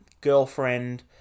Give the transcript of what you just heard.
girlfriend